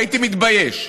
הייתי מתבייש.